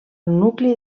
nucli